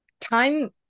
time